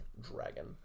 dragon